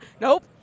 Nope